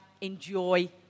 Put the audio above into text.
enjoy